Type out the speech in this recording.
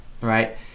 right